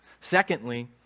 Secondly